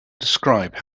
describe